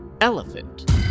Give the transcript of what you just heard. Elephant